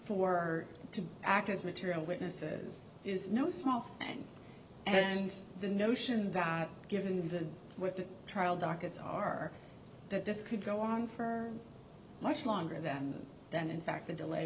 for to act as material witnesses is no small thing and the notion that given the what the trial dockets are that this could go on for much longer than that in fact the delay